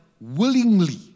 willingly